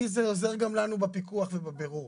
כי זה עוזר גם לנו בפיקוח ובבירור.